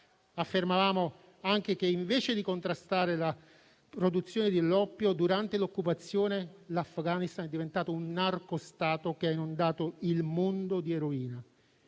Affermavamo anche che invece di contrastare la produzione dell'oppio durante l'occupazione, l'Afghanistan è diventato un narco-Stato che ha inondato il mondo di eroina